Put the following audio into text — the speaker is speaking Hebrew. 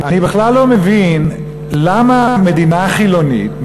אני בכלל לא מבין למה מדינה חילונית,